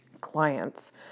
Clients